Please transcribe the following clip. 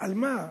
על מה?